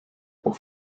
pour